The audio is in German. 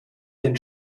den